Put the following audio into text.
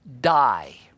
die